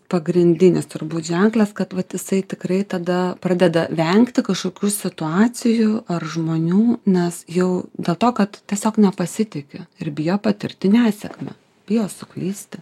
pagrindinis turbūt ženklas kad vat jisai tikrai tada pradeda vengti kažkokių situacijų ar žmonių nes jau dėl to kad tiesiog nepasitiki ir bijo patirti nesėkmę bijo suklysti